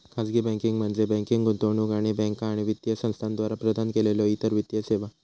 खाजगी बँकिंग म्हणजे बँकिंग, गुंतवणूक आणि बँका आणि वित्तीय संस्थांद्वारा प्रदान केलेल्यो इतर वित्तीय सेवा